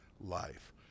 Life